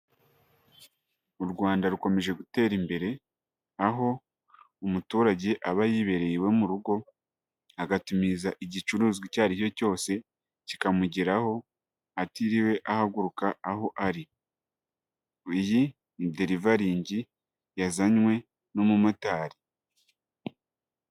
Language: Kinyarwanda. U Rwanda rukomeje gutera imbere, aho umuturage aba yibereye iwe mu rugo agatumiza igicuruzwa icyo aricyo cyose kikamugeraho atiriwe ahaguruka aho ari, iyi derivaringi yazanywe n'umumotari.